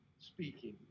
speaking